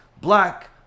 black